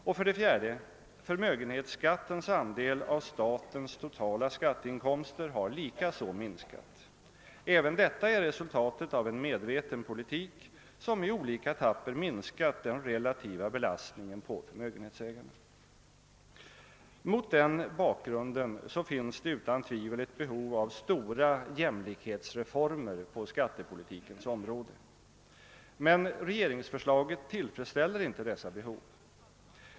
Slutligen har förmögenhetsskattens andel av statens totala skatteinkomster likaså minskat. Även detta är resultatet av en medveten politik som i olika etapper har minskat den relativa belastningen på förmögenhetsägarna. Mot den bakgrunden finns det utan tvivel ett behov av stora jämlikhetsreformer på skattepolitikens område. Men regeringsförslaget tillfredsställer inte detta behov.